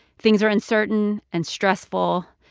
things are uncertain and stressful.